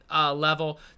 level